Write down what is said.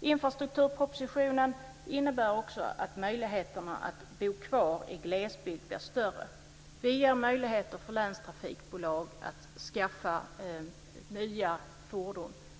Infrastrukturpropositionen innebär också att möjligheterna att bo kvar i glesbygd är större. Det ger möjligheter för länstrafikbolag att skaffa nya